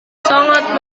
sangat